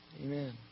Amen